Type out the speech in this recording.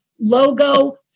logo